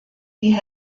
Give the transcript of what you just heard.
die